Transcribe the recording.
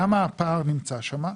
למה הפער נמצא שם?